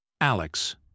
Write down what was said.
Alex